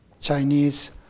Chinese